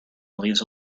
leaves